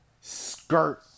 skirt